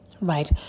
Right